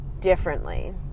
differently